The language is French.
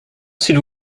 s’il